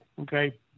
Okay